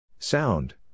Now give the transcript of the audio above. Sound